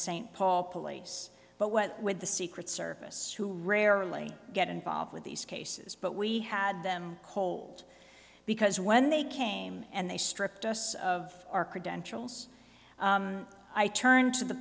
st paul police but what with the secret service who rarely get involved with these cases but we had them cold because when they came and they stripped us of our credentials i turned to the